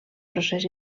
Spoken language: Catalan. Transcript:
procés